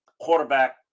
Quarterback